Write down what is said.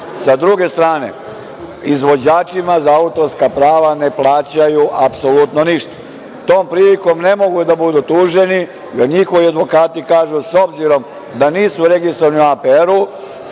sa druge strane, izvođačima za autorska prava ne plaćaju apsolutno ništa. Tom prilikom ne mogu da budu tuženi, jer njihovi advokati kažu - s obzirom da nisu registrovani u APR-u,